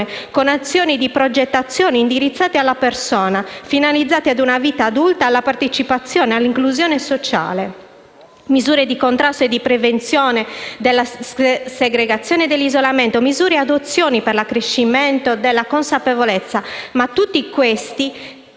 con azioni di progettazione indirizzate alla persona, finalizzate ad una vita adulta, alla partecipazione, all'inclusione sociale; misure di contrasto e di prevenzione della segregazione e dell'isolamento; misure e adozioni per l'accrescimento della consapevolezza; ma tutti questi